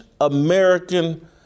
American